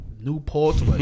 Newport